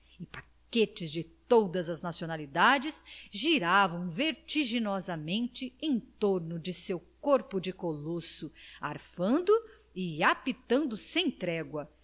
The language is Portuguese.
paquetes de todas as nacionalidades giravam vertiginosamente em torno do seu corpo de colosso arfando e apitando sem trégua